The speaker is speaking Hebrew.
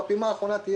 תהיה הפעימה האחרונה.